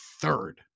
third